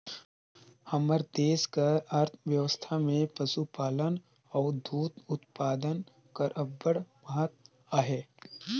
हमर देस कर अर्थबेवस्था में पसुपालन अउ दूद उत्पादन कर अब्बड़ महत अहे